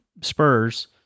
Spurs